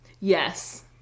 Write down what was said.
Yes